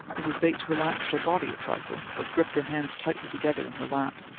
mrs. bates relaxed her body a trifle, but gripped her hands tightly together in her lap.